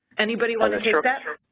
anybody want to take that?